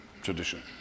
tradition